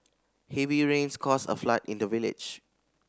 heavy rains caused a flood in the village